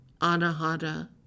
anahata